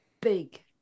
big